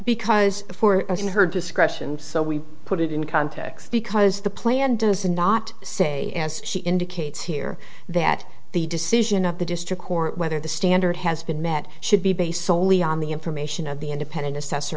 because for her discretion so we put it in context because the plan does not say as she indicates here that the decision of the district court whether the standard has been met should be based solely on the information of the independent assessor